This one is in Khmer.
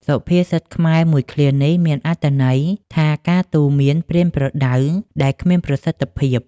សុភាសិតខ្មែរមួយឃ្លានេះមានអត្ថន័យ ថាការទូន្មានប្រៀនប្រដៅដែលគ្មានប្រសិទ្ធភាព។